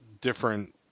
different